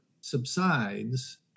subsides